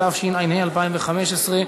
התשע"ה 2015,